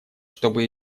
чтобы